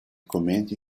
commenti